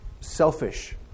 selfish